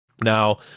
Now